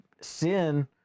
sin